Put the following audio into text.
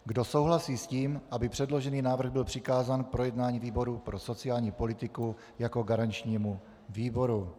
Kdo souhlasí s tím, aby předložený návrh byl přikázán k projednání výboru pro sociální politiku jako garančnímu výboru?